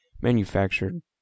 manufactured